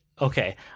Okay